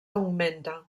augmenta